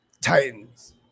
Titans